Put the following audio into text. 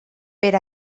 per